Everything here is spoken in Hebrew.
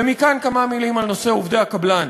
ומכאן כמה מילים על נושא עובדי הקבלן,